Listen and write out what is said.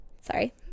sorry